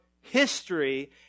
history